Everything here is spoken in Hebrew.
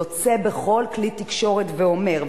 יוצא בכל כלי תקשורת ואומר,